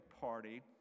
party